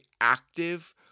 active